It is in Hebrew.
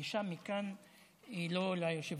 הגישה מכאן היא לא ליושב-ראש.